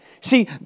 See